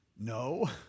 no